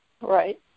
Right